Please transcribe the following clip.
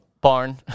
Barn